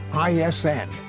ISN